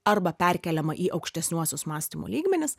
arba perkeliama į aukštesniuosius mąstymo lygmenis